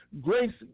grace